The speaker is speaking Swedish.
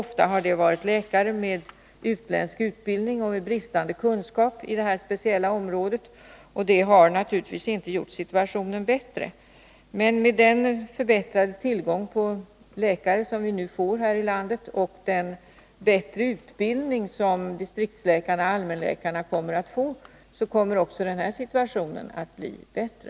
Ofta har vikarierna varit läkare med utländsk utbildning och med bristande kunskap på detta speciella område, och det har naturligtvis inte gjort situationen bättre. Men med den förbättrade tillgång på läkare som vi nu får här i landet och den bättre utbildning som distriktsläkarna/ allmänläkarna kommer att få, kommer denna situation att bli bättre.